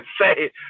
say